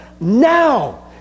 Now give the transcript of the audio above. now